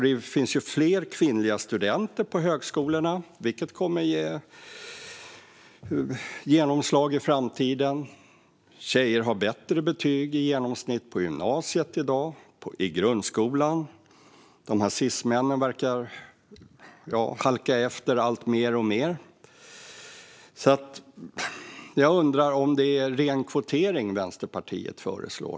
Det finns fler kvinnliga studenter på högskolorna, vilket kommer att få genomslag i framtiden. Tjejer har i dag bättre betyg i genomsnitt både på grundskolan och på gymnasiet. De här "cismännen" verkar halka efter mer och mer. Jag undrar om det är ren kvotering Vänsterpartiet föreslår.